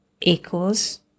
equals